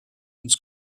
ins